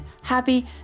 happy